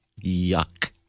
Yuck